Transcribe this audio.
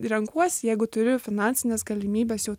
renkuosi jeigu turiu finansines galimybes jau